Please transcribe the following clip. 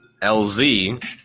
LZ